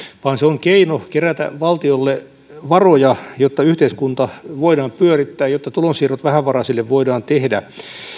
vaan se on keino kerätä valtiolle varoja jotta yhteiskuntaa voidaan pyörittää jotta tulonsiirrot vähävaraisille voidaan tehdä